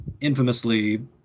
infamously